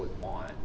want